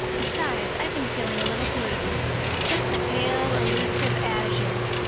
besides, i've been feeling a little blue just a pale, elusive azure.